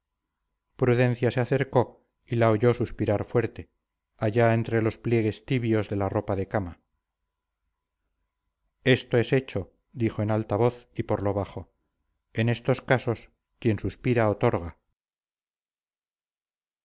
prudencia se acercó y la oyó suspirar fuerte allá entre los pliegues tibios de la ropa de cama esto es hecho dijo en alta voz y por lo bajo en estos casos quien suspira otorga